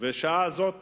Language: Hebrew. ובשעה זאת